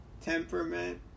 temperament